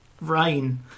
rain